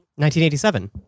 1987